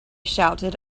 shouted